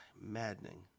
Maddening